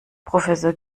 professor